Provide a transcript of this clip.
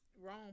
Wrong